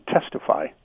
testify